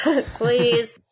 Please